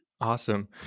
Awesome